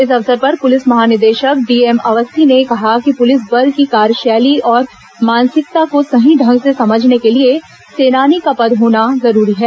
इस अवसर पर पुलिस महानिदेशक डी एम अवस्थी ने कहा कि पुलिस बल की कार्यशैली और मानसिकता को सही ढंग से समझने के लिए सेनानी का पद होना जरूरी है